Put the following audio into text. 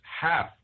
half